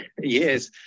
Yes